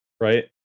right